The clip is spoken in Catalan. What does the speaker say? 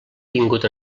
tingut